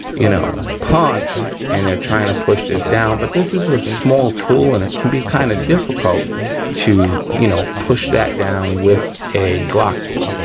you know, punch and they're trying to push this down but this is a small tool and it can be kind of difficult to, you know, push that down with a glock tool.